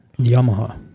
Yamaha